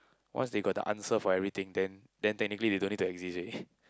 once they got the answer for everything then then technically they don't need to exist already